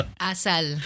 Asal